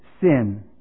sin